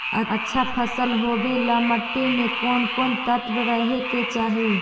अच्छा फसल होबे ल मट्टी में कोन कोन तत्त्व रहे के चाही?